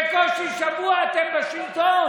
בקושי שבוע אתם בשלטון.